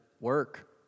work